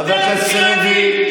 חבר הכנסת לוי,